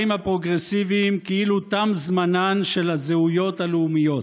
הפרוגרסיביים כאילו תם זמנן של הזהויות הלאומיות.